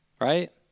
right